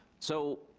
so,